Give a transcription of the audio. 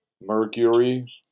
Mercury